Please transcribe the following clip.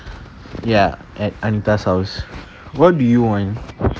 ya at anta house what do you want